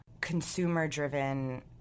consumer-driven